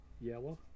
yellow